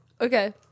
Okay